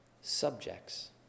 subjects